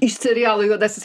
iš serialo juodasis